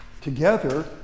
Together